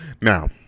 now